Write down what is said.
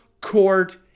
court